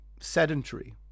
sedentary